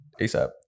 ASAP